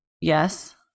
yes